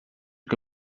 que